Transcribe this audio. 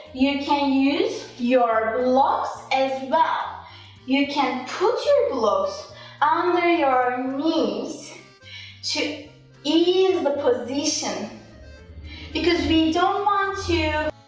you can use your blocks as well ah you can put your blocks under your knees to ease the position because we don't want to